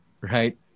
right